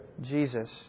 Jesus